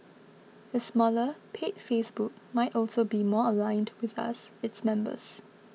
a smaller paid Facebook might also be more aligned with us its members